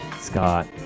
Scott